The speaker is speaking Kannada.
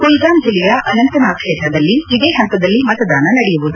ಕುಲ್ಗಾಮ್ ಜಿಲ್ಲೆಯ ಅನಂತನಾಗ್ ಕ್ಷೇತ್ರದಲ್ಲಿ ಇದೇ ಹಂತದಲ್ಲಿ ಮತದಾನ ನಡೆಯುವುದು